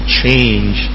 change